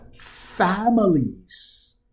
families